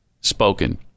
spoken